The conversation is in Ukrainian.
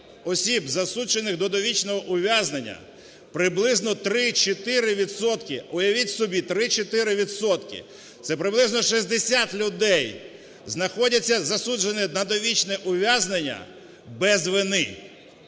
осіб, засуджених до довічного ув'язнення, приблизно 3-4 відсотки – уявіть собі! – 3-4 відсотки, це приблизно 60 людей знаходяться засуджені на довічне ув'язнення без вини.